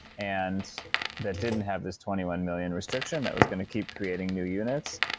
and that didn't have this twenty one million restriction, that was going to keep creating new units.